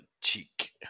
Cheek